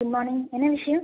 good morning என்ன விஷயோம்